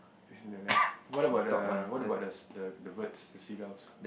fish on the left what about the what about the the birds the seagulls